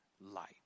light